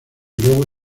luego